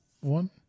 One